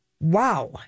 Wow